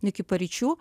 iki paryčių